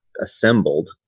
assembled